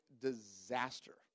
disaster